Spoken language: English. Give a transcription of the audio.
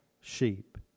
sheep